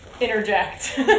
Interject